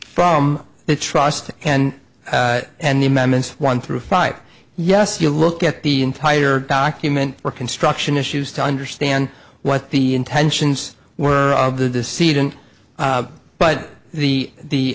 from the trust and and the amendments one through five yes you look at the entire document or construction issues to understand what the intentions were of the deceit and but the